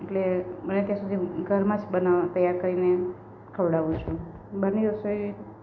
એટલે બને ત્યાં સુધી ઘરમાં જ બનાવવા તૈયાર કરીને ખવડાવું છુ બહારની રસોઈ